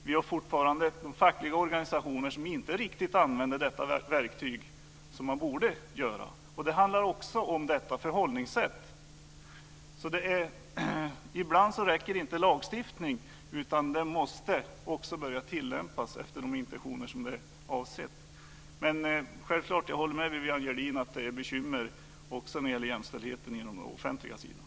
Vi har dock fortfarande fackliga organisationer som inte riktigt använder detta verktyg på det sätt man borde göra. Det handlar också om detta förhållningssätt. Ibland räcker det alltså inte med lagstiftning, utan den måste också börja tillämpas efter de intentioner som avsetts. Men självklart håller jag med Viviann Gerdin om att det är bekymmer när det gäller jämställdheten också på den offentliga sidan.